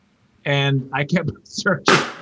and i kept searching,